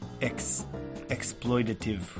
exploitative